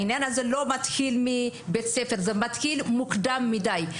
העניין לא מתחיל מבית הספר, הוא מתחיל מוקדם מדי.